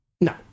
No